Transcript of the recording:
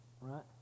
Right